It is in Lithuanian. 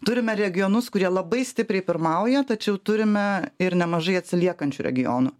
turime regionus kurie labai stipriai pirmauja tačiau turime ir nemažai atsiliekančių regionų